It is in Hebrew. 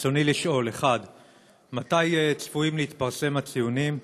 רצוני לשאול: 1. מתי צפויים להתפרסם הציונים?